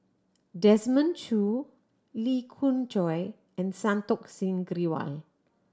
Desmond Choo Lee Khoon Choy and Santokh Singh Grewal